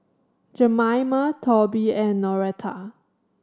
Jemima Toby and Noretta